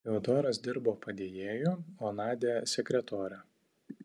fiodoras dirbo padėjėju o nadia sekretore